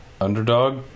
underdog